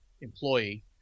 employee